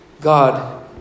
God